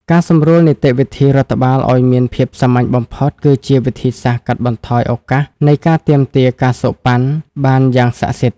ការសម្រួលនីតិវិធីរដ្ឋបាលឱ្យមានភាពសាមញ្ញបំផុត គឺជាវិធីសាស្ត្រកាត់បន្ថយឱកាសនៃការទាមទារ ការសូកប៉ាន់ បានយ៉ាងស័ក្តិសិទ្ធិ។